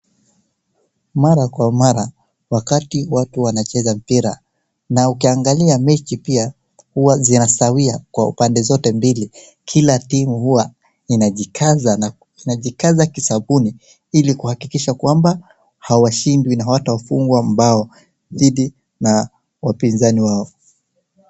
Mara kwa mara wakati watu wanacheza mpira na ukiangalia mechi pia huwa zinasawia kwa upande zote mbili kila timu huwa inajikaza kisabuni ili kuhakikisha kwamba hawashindwi na hawatafungwa mbao dhidi na wapinzani wao.